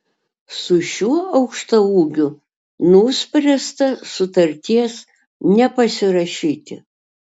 su šiuo aukštaūgiu nuspręsta sutarties nepasirašyti